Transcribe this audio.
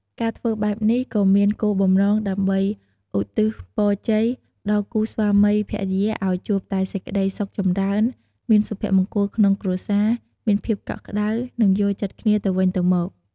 ការធ្វើបែបនេះគឺមានគោលបំណងដើម្បីឧទ្ទិសពរជ័យដល់គូស្វាមីភរិយាឲ្យជួបតែសេចក្តីសុខចម្រើន មានសុភមង្គលក្នុងគ្រួសារ មានភាពកក់ក្តៅ និងយល់ចិត្តគ្នាទៅវិញទៅមក។